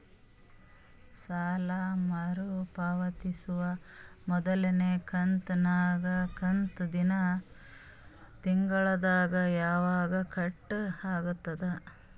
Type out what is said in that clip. ಸಾಲಾ ಮರು ಪಾವತಿಸುವ ಮೊದಲನೇ ಕಂತ ನನ್ನ ಖಾತಾ ದಿಂದ ತಿಂಗಳದಾಗ ಯವಾಗ ಕಟ್ ಆಗತದ?